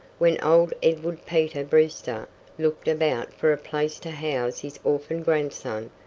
when old edwin peter brewster looked about for a place to house his orphaned grandson,